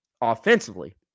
offensively